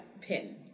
pin